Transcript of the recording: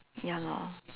ya lor